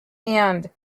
end